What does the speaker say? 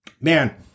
Man